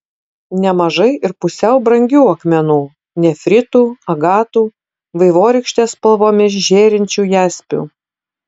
nemažai ir pusiau brangių akmenų nefritų agatų vaivorykštės spalvomis žėrinčių jaspių